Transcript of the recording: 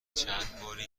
چندباری